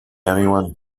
anyone